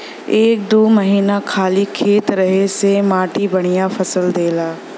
एक दू महीना खाली खेत रहे से मट्टी बढ़िया फसल देला